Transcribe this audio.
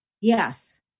Yes